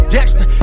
Dexter